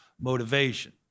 motivation